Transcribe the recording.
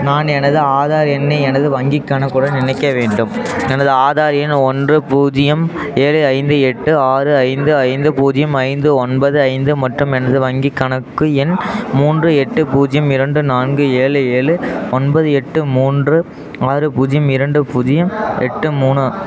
நான் எனது ஆதார் எண்ணை எனது வங்கிக் கணக்குடன் இணைக்க வேண்டும் எனது ஆதார் எண் ஒன்று பூஜ்யம் ஏழு ஐந்து எட்டு ஆறு ஐந்து ஐந்து பூஜ்யம் ஐந்து ஒன்பது ஐந்து மற்றும் எனது வங்கிக் கணக்கு எண் மூன்று எட்டு பூஜ்யம் இரண்டு நான்கு ஏழு ஏழு ஒன்பது எட்டு மூன்று ஆறு பூஜ்யம் இரண்டு பூஜ்யம் எட்டு மூணு